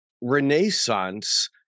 renaissance